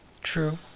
true